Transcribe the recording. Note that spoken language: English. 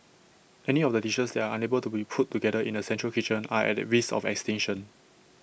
any of the dishes that are unable to be put together in A central kitchen are at risk of extinction